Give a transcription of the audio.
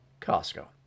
Costco